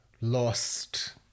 lost